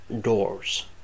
doors